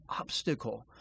obstacle